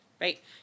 right